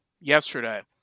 yesterday